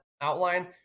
outline